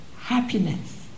happiness